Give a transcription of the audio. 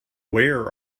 where